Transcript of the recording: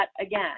again